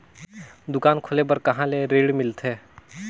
दुकान खोले बार कहा ले ऋण मिलथे?